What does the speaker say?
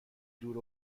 دور